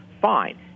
Fine